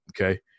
Okay